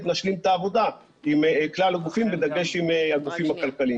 נשלים את העבודה עם כלל הגופים בדגש עם הגופים הכלכליים.